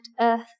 Earth